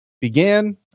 began